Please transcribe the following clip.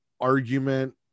argument